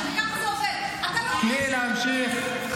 ככה זה עובד, תני לי להמשיך.